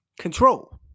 control